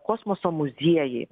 kosmoso muziejai